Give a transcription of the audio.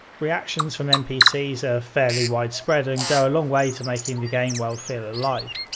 reactions from npcs are fairly widespread and go a long way to making the game world feel alive.